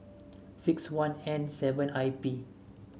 sixt one N seven I P